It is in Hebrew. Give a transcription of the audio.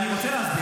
אני רוצה להסביר.